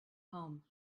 home